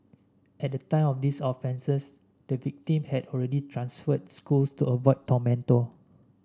at the time of these offences the victim had already transferred schools to avoid her tormentor